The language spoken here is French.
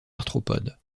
arthropodes